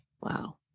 Wow